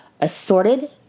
assorted